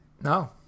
No